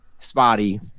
Spotty